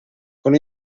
con